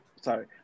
sorry